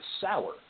sour